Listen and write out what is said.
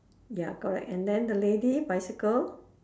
ya correct and then the lady bicycle